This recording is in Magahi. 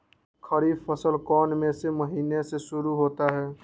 खरीफ फसल कौन में से महीने से शुरू होता है?